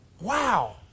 wow